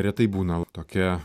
retai būna va tokia